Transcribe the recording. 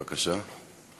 בבקשה.